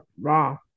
Raw